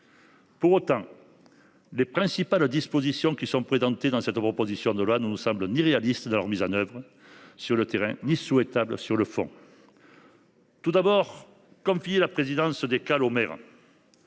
Pour autant, les principales dispositions de cette proposition de loi ne nous semblent ni réalistes quant à leur mise en œuvre sur le terrain ni souhaitables sur le fond. Tout d’abord, confier la présidence des Caleol